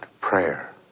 prayer